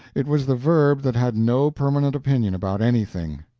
it was the verb that had no permanent opinion about anything,